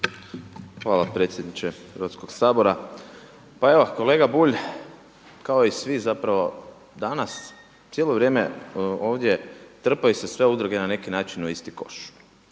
Hvala predsjedniče Hrvatskog sabora. Pa evo kolega Bulj, kao i svi zapravo danas cijelo vrijeme ovdje trpaju se sve udruge na neki način u isti koš,